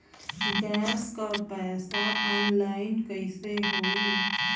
Gas क पैसा online कइसे होई?